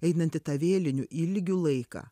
einantį į tą vėlinių ilgių laiką